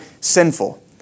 sinful